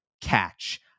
catch